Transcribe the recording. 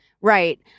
Right